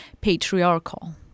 patriarchal